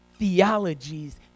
theologies